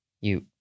You